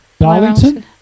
Darlington